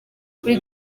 kuri